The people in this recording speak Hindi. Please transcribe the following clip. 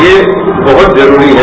ये बहत जरूरी है